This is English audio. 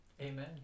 Amen